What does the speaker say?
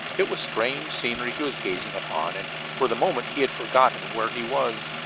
it was strange scenery he was gazing upon, and for the moment he had forgotten where he was.